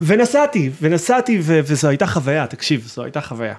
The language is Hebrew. ונסעתי, ונסעתי, ו-ו-וזו הייתה חוויה, תקשיב, זו הייתה חוויה.